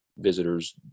Visitors